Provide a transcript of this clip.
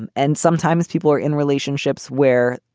and and sometimes people are in relationships where